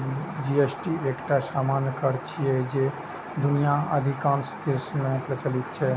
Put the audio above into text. GST एकटा सामान्य कर छियै, जे दुनियाक अधिकांश देश मे प्रचलित छै